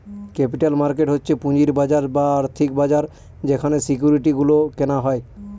capital market হচ্ছে পুঁজির বাজার বা আর্থিক বাজার যেখানে সিকিউরিটি গুলো কেনা হয়